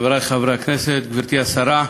חברי חברי הכנסת, גברתי השרה,